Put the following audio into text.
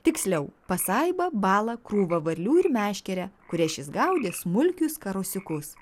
tiksliau pasaibą balą krūvą varlių ir meškerę kuria šis gaudė smulkius karosiukus